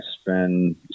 spend